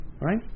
right